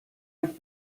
lick